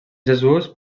jesús